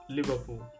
Liverpool